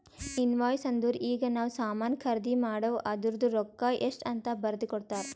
invoice ಅಂದುರ್ ಈಗ ನಾವ್ ಸಾಮಾನ್ ಖರ್ದಿ ಮಾಡಿವ್ ಅದೂರ್ದು ರೊಕ್ಕಾ ಎಷ್ಟ ಅಂತ್ ಬರ್ದಿ ಕೊಡ್ತಾರ್